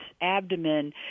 abdomen